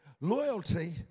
Loyalty